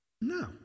No